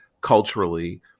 culturally